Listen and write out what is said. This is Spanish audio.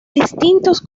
distintos